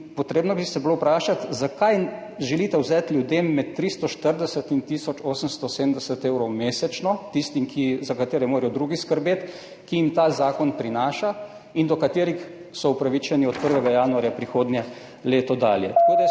Potrebno bi se bilo vprašati, zakaj želite ljudem vzeti med 340 in tisoč 870 evrov mesečno, tistim, za katere morajo skrbeti drugi, ki jim ta zakon nekaj prinaša in do katerih so upravičeni od 1. januarja prihodnje leto dalje.